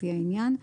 לפי העניין,